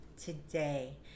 today